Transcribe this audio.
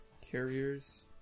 carriers